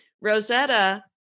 Rosetta